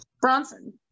Bronson